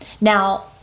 Now